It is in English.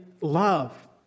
love